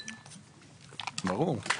ברור.